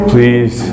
Please